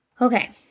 Okay